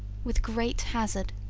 with great hazard,